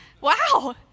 wow